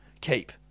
keep